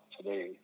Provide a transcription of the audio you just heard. today